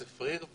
צפריר,